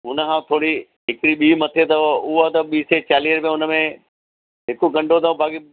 हुनखां थोरी हिकिड़ी ॿी मथे अथव हू अथव ॿी सै चालीह रुपए हुनमें हिकु कंडो अथव बाक़ी